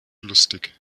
lustig